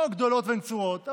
לא גדולות ונצורות,